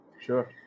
Sure